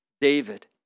David